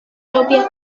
propias